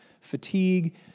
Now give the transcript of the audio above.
fatigue